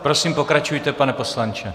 Prosím pokračujte, pane poslanče.